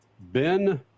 Ben